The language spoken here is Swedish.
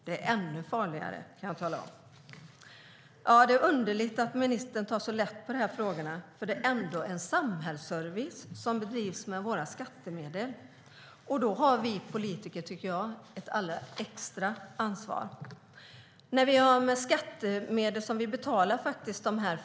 Det är ännu farligare kan jag tala om. Det är underligt att ministern tar så lätt på frågorna. Det handlar trots allt om samhällsservice som bedrivs med våra skattemedel. Då har vi politiker ett extra ansvar.